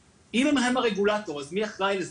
אם הם הרגולטור אז מי אחראי לזה?